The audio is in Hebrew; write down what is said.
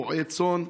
רועה צאן,